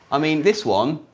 i mean this one,